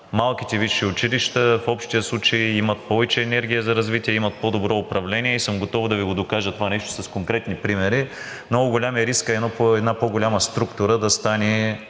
малките висши училища в общия случай имат повече енергия за развитие, имат по-добро управление. Готов съм да Ви го докажа това нещо с конкретни примери. Много голям е рискът една по-голяма структура да стане